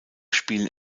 spielen